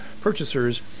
purchasers